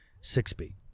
six-speed